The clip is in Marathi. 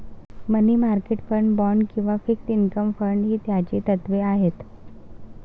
मनी मार्केट फंड, बाँड्स किंवा फिक्स्ड इन्कम फंड ही त्याची तत्त्वे आहेत